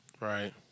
Right